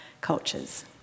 cultures